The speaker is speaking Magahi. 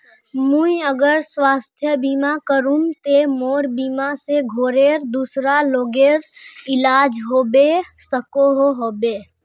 मुई अगर स्वास्थ्य बीमा करूम ते मोर बीमा से घोरेर दूसरा लोगेर इलाज होबे सकोहो होबे?